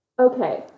Okay